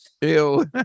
Ew